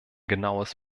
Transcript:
genaues